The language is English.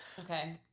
Okay